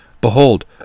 Behold